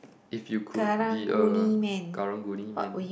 if you could be a Karang-Guni man